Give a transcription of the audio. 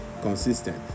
consistent